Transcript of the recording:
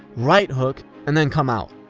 right hook, and then come out.